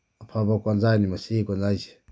ꯑꯐꯕ ꯀꯣꯟꯌꯥꯏꯅꯤ ꯃꯁꯤꯒꯤ ꯀꯣꯟꯌꯥꯏꯁꯦ